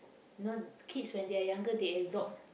you know kids when they are younger they absorb